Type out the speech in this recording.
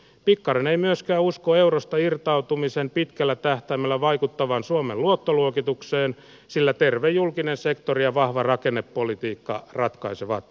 pikkarainen myöskään usko eurosta irtautumisen pitkällä tähtäimellä vaikuttavan suomen luottoluokituksen sillä terve julkinen sektori avaava rakennepolitiikkaa ratkaisevat